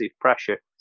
pressure